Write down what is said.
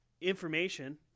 information